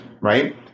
right